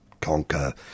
conquer